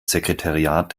sekretariat